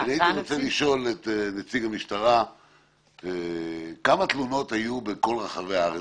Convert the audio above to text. אני הייתי רוצה לשאול את נציג המשטרה כמה תלונות היו בכל רחבי הארץ?